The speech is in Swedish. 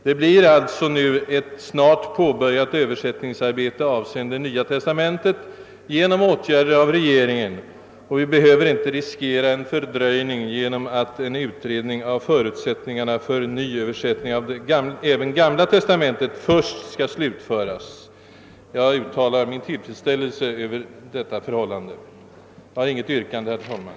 Det blir alltså nu ett snart påbörjande av ett översättningsarbete avseende Nya testamentet genom åtgärder från regeringen, och vi behöver inte riskera en fördröjning genom att en utredning av förutsättningarna för översättning även av Gamla testamentet först skall slutföras. Jag uttalar min tillfredsställelse över detta förhållande. Jag har inget yrkande, herr talman!